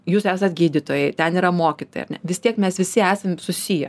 jūs esat gydytojai ten yra mokytojai ar ne vis tiek mes visi esam susiję